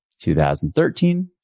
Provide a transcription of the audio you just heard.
2013